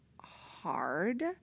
hard